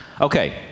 okay